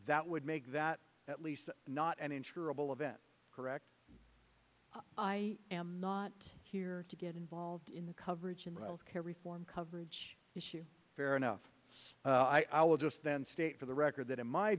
that would make that at least not an insurable event correct i am not here to get involved in the coverage and care reform coverage issue fair enough i will just then state for the record that in my